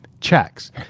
checks